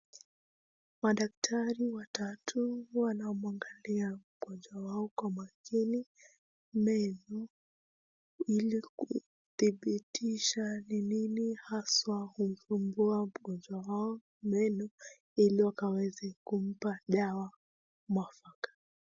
Madaktari watatu wanamwangalia mgonjwa wao kwa makini meno ili kudhibitisha ni nini haswa humsumbua mgonjwa hao meno ili wakaweze kumpa dawa mwafaka.